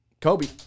Kobe